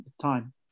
time